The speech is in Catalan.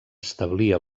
establir